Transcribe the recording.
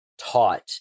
taught